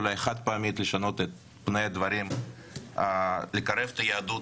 גם בנרשמים לקורס,